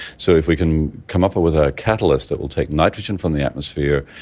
so if we can come up with a catalyst that will take nitrogen from the atmosphere,